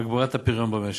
הגברת הפריון במשק.